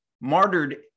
martyred